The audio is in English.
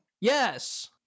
Yes